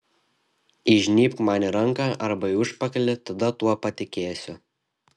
įžnybk man į ranką arba į užpakalį tada tuo patikėsiu